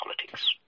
politics